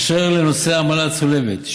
אשר לנושא העמלה הצולבת,